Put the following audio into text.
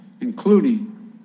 including